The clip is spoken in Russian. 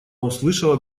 услышала